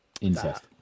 incest